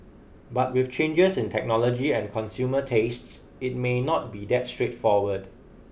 but with changes in technology and consumer tastes it may not be that straightforward